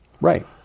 Right